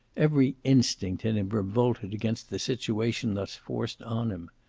every instinct in him revolted against the situation thus forced on him.